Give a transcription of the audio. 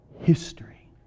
history